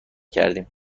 کردیم